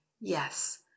yes